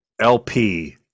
LP